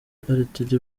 rtd